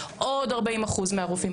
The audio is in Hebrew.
עוד 40% מהרופאים.